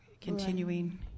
continuing